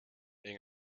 hing